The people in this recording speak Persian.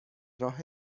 راه